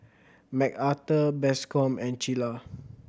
Macarthur Bascom and Cilla